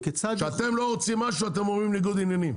כשאתם לא רוצים משהו אתם אומרים ניגוד עניינים.